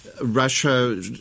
Russia